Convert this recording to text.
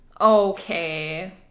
Okay